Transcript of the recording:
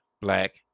black